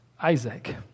Isaac